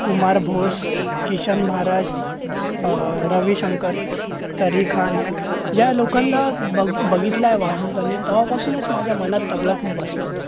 कुमार बोस किशन महाराज रविशंकर तरी खान या लोकांला बघ बघितलंय वाजवताना तेव्हापासूनच माझ्या मनात तबला खूप बसला होता